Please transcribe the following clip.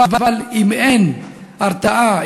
אבל אם אין הרתעה,